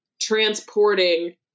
transporting